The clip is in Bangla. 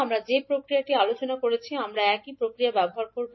আমরা যে প্রক্রিয়াটি আলোচনা করেছি আমরা একই প্রক্রিয়াটি ব্যবহার করব